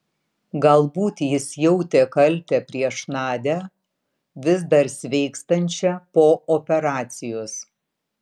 galbūt jis jautė kaltę prieš nadią vis dar sveikstančią po operacijos